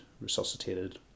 resuscitated